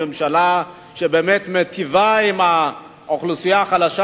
היא ממשלה שבאמת מיטיבה עם האוכלוסייה החלשה,